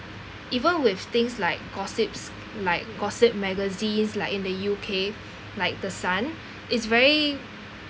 even with things like gossips like gossip magazines like in the U_K like the sun is very